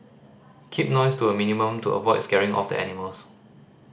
keep noise to a minimum to avoid scaring off the animals